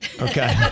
Okay